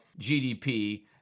GDP